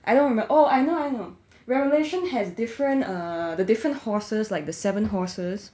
I don't remem~ oh I know I know revelation has different err the different horses like the seven horses